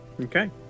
Okay